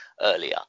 earlier